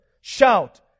Shout